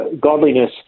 Godliness